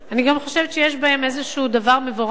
אני גם חושבת שיש בהם איזה דבר מבורך,